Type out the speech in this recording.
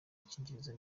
agakingirizo